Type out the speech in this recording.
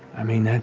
i mean,